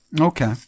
Okay